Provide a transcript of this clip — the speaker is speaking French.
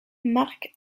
mark